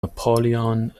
napoleon